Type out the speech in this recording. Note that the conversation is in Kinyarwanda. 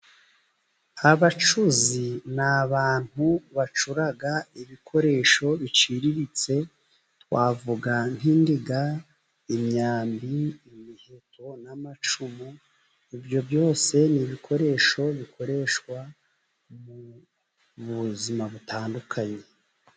Abacuzi n'abantu bacura ibikoresho biciriritse, twavuga nk' indiga, imyambi, imiheto n'amacumu. Ibyo byose n'ibikoresho bikoreshwa mu buzima butandukanye.